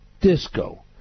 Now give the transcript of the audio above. disco